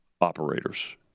operators